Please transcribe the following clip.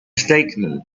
statement